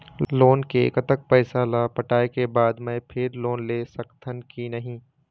Loan के कतक पैसा ला पटाए के बाद मैं फिर लोन ले सकथन कि नहीं?